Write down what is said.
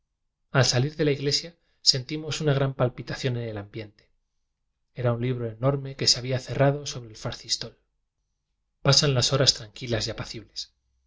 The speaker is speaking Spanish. al salir de la iglesia sen timos una gran palpitación en el ambiente era un libro enorme que se había cerrado sobre el facistol pasan las horas tranquilas y apacibles